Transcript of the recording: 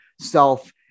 self